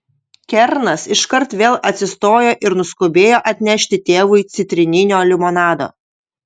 kernas iškart vėl atsistojo ir nuskubėjo atnešti tėvui citrininio limonado